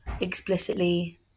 explicitly